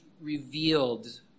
revealed